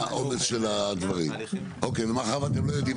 העומס של הדברים, אוקי ומה אתם לא יודעים